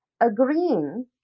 agreeing